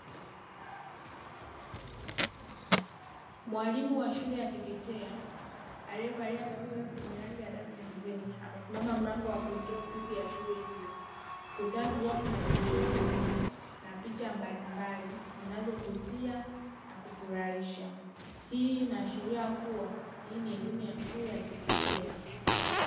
Mwalimu wa shule ya chekechekea aliye valia gauni refu la damu ya mzee amesimama mlango wa kuingia ofisi hiyo ukutani kukiwa kuna michoro na picha mbalimbali zinazovutia na kufurahisha, hii ina ashiria kuwa hii ni elimu ya shule ya chekechea.